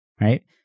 right